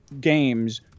games